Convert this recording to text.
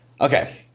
Okay